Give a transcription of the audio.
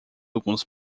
alguns